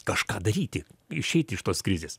kažką daryti išeiti iš tos krizės